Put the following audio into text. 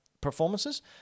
performances